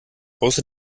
außer